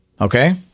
Okay